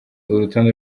urutonde